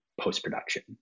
post-production